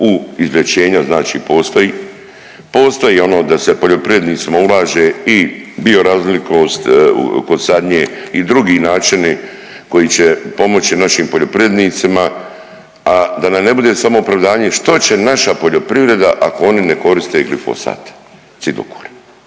u izlječenja, znači postoji. Postoji ono da se poljoprivrednicima ulaže i bioraznolikost kod sadnje i drugi načini koji će pomoći našim poljoprivrednicima, a da nam ne bude samo opravdanje što će naša poljoprivreda ako oni ne koriste glifosat, cidokor.